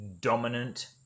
dominant